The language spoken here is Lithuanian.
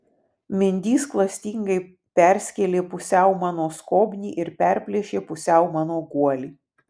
mindys klastingai perskėlė pusiau mano skobnį ir perplėšė pusiau mano guolį